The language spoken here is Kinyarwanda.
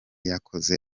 yakoze